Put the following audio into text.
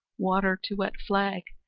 water to wet flag,